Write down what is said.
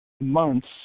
months